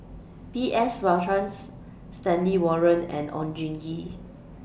B S Rajhans Stanley Warren and Oon Jin Gee